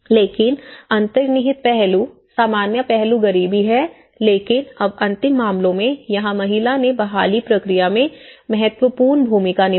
लेकिन अंतर्निहित पहलू सामान्य पहलू गरीबी है लेकिन अब अंतिम मामलों में यहां महिला ने बहाली प्रक्रिया में महत्वपूर्ण भूमिका निभाई